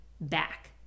back